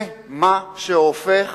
זה מה שהופך